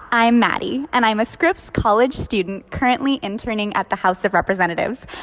i'm maddie. and i'm a scripps college student currently interning at the house of representatives.